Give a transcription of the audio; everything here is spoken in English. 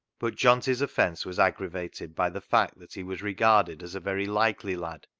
but johnty's offence was aggravated by the fact that he was regarded as a very likely lad,